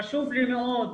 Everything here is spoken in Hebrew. חשוב לי מאוד,